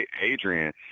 adrian